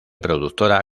productora